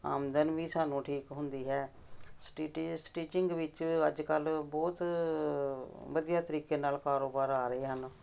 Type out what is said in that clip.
ਆਮਦਨ ਵੀ ਸਾਨੂੰ ਠੀਕ ਹੁੰਦੀ ਹੈ ਸਟੀਟੀ ਸਟੀਚਿੰਗ ਵਿੱਚ ਅੱਜ ਕੱਲ੍ਹ ਬਹੁਤ ਵਧੀਆ ਤਰੀਕੇ ਨਾਲ ਕਾਰੋਬਾਰ ਆ ਰਹੇ ਹਨ